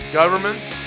governments